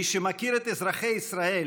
מי שמכיר את אזרחי ישראל